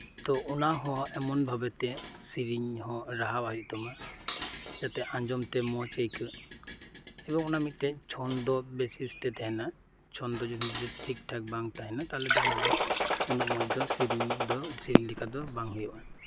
ᱛᱚ ᱚᱱᱟ ᱦᱚ ᱮᱢᱚᱱ ᱵᱷᱟᱵᱮᱛᱮ ᱥᱮᱨᱮᱧ ᱦᱚ ᱨᱟᱦᱟᱣᱟᱜ ᱦᱩᱭᱩᱜ ᱛᱟᱢᱟ ᱡᱟᱛᱮ ᱟᱸᱡᱚᱢ ᱛᱮ ᱢᱚᱸᱡ ᱟᱹᱭᱠᱟᱹᱜ ᱮᱵᱚᱝ ᱚᱱᱟ ᱢᱤᱫᱴᱮᱱ ᱪᱷᱚᱱᱫᱚ ᱵᱤᱥᱮᱥ ᱛᱮ ᱛᱟᱦᱮᱸᱱᱟ ᱪᱷᱚᱱᱫᱚ ᱡᱚᱫᱤ ᱴᱷᱤᱠᱴᱷᱟᱠ ᱵᱟᱝ ᱛᱟᱦᱮᱸᱱᱟ ᱛᱟᱦᱚᱞᱮᱫᱚ ᱚᱱᱟᱫᱚ ᱩᱱᱟᱹᱜ ᱢᱚᱸᱡᱫᱚ ᱥᱮᱨᱮᱧ ᱞᱮᱠᱟᱫᱚ ᱵᱟᱝ ᱦᱩᱭᱩᱜ ᱟ